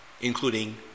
including